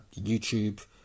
YouTube